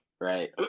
Right